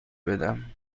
بدم